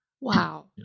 Wow